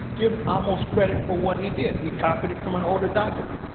give ahmose credit for what he did. he copied it from an older document.